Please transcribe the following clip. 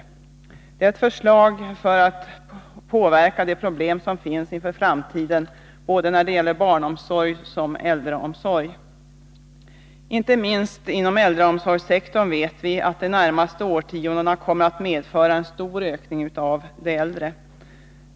Det är fråga om ett förslag för att påverka de problem som finns inför framtiden när det gäller såväl barnomsorg som äldreomsorg. Inte minst vet vi beträffande äldreomsorgssektorn att de närmaste årtiondena kommer att medföra en stor ökning av antalet äldre.